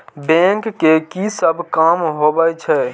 Bank के की सब काम होवे छे?